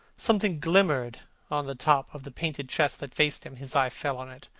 something glimmered on the top of the painted chest that faced him. his eye fell on it.